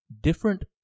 different